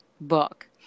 book